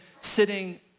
sitting